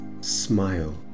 smile